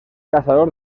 caçador